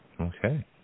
Okay